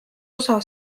osa